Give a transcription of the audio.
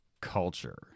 culture